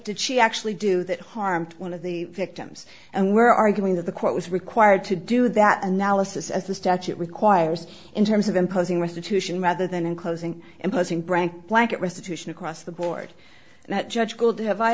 did she actually do that harmed one of the victims and we're arguing that the court was required to do that analysis as the statute requires in terms of imposing restitution rather than in closing imposing brank blanket restitution across the board and that judge called have